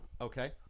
Okay